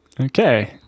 Okay